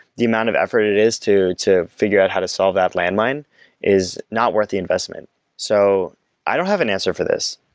the amount of effort it is to to figure out how to solve that landmine is not worth the investment so i don't have an answer for this.